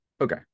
okay